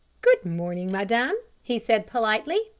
good morning, madame, he said politely,